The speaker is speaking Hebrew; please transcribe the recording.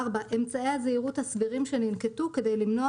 אמצעי הזהירות הסבירים שננקטו כדי למנוע